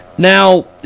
Now